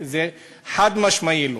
זה חד-משמעי לא.